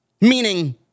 Meaning